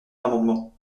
l’amendement